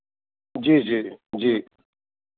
जी जी जी